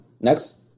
Next